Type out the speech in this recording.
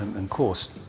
and and course,